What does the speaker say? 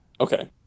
okay